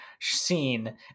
scene